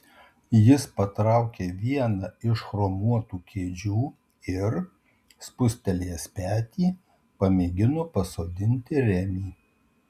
jis patraukė vieną iš chromuotų kėdžių ir spustelėjęs petį pamėgino pasodinti remį